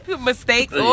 mistakes